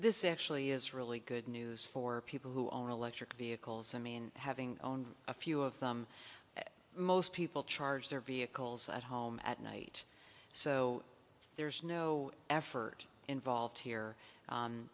this actually is really good news for people who own electric vehicles i mean having owned a few of them most people charge their vehicles at home at night so there's no effort involved here